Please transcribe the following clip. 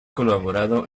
colaborado